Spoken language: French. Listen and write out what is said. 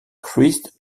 christ